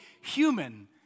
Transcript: human